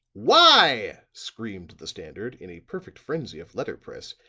why, screamed the standard, in a perfect frenzy of letter press,